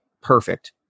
perfect